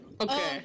Okay